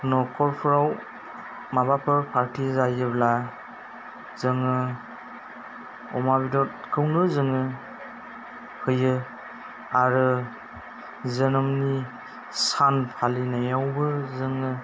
नखरफ्राव माबाफोर फार्थि जायोब्ला जोङो अमा बेदरखौनो जोङो होयो आरो जोनोमनि सान फालिनायावबो जोङो